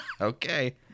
Okay